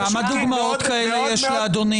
כמה דוגמאות כאלה יש לאדוני?